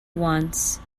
once